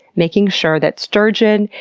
making sure that sturgeon,